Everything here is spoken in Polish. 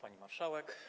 Pani Marszałek!